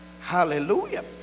hallelujah